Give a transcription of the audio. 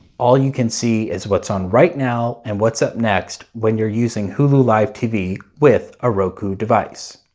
all you can see is what's on right now and what's up next when you're using hulu live tv with a roku device.